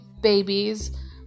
babies